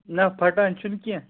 نَہ پھٹان چھُنہٕ کینٛہہ